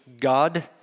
God